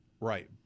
right